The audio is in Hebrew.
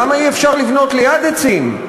למה אי-אפשר לבנות ליד עצים?